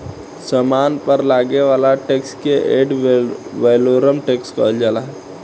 सामान पर लागे वाला टैक्स के एड वैलोरम टैक्स कहल जाला